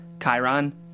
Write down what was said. Chiron